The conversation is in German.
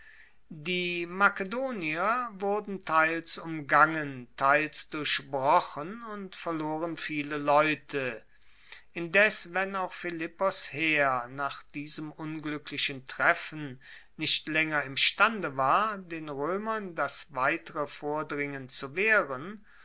die makedonier wurden teils umgangen teils durchbrochen und verloren viele leute indes wenn auch philippos heer nach diesem ungluecklichen treffen nicht laenger imstande war den roemern das weitere vordringen zu wehren